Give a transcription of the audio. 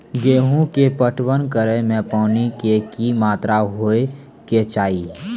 गेहूँ के पटवन करै मे पानी के कि मात्रा होय केचाही?